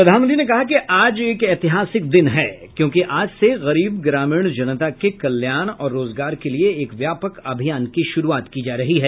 प्रधानमंत्री ने कहा कि आज एक ऐतिहासिक दिन है क्योंकि आज से गरीब ग्रामीण जनता के कल्याण और रोजगार के लिए एक व्यापक अभियान की शुरूआत की जा रही है